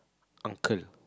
uncle